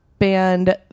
band